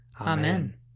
Amen